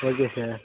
okay sir